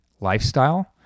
lifestyle